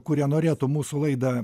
kurie norėtų mūsų laidą